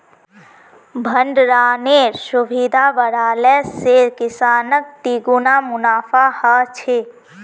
भण्डरानेर सुविधा बढ़ाले से किसानक तिगुना मुनाफा ह छे